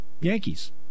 Yankees